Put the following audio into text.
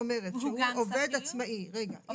והוא גם שכיר --- אם הוא עובד עצמאי --- עובד